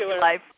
life